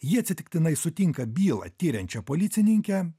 ji atsitiktinai sutinka bylą tiriančią policininkę